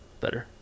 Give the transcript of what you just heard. Better